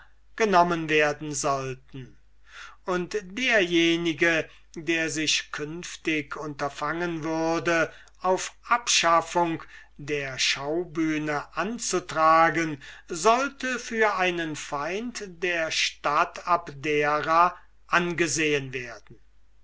genommen werden sollten und derjenige der sich künftig unterfangen würde auf abschaffung der schaubühne anzutragen sollte für einen feind der stadt abdera angesehen werden